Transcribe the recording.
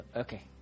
Okay